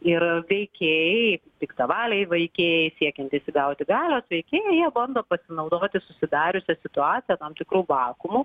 ir veikėjai piktavaliai veikėjai siekiantys įgauti galios veikėjai jie bando pasinaudoti susidariusia situacija tam tikru vakuumu